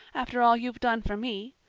after all you've done for me.